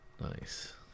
Nice